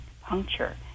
puncture